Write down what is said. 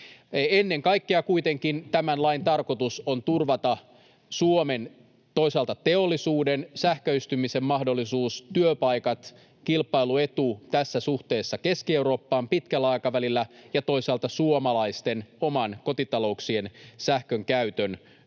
Ennen kaikkea kuitenkin tämän lain tarkoitus on toisaalta turvata Suomen teollisuuden sähköistymisen mahdollisuus, työpaikat, kilpailuetu tässä suhteessa Keski-Eurooppaan pitkällä aikavälillä ja toisaalta suomalaisten omien kotitalouksien sähkönkäytön